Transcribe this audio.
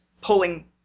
pulling